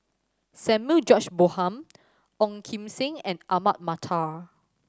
Samuel George Bonham Ong Kim Seng and Ahmad Mattar